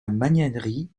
magnanerie